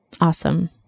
awesome